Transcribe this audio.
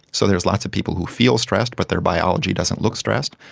so there's lots of people who feel stressed but their biology doesn't look stressed,